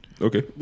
Okay